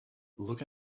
look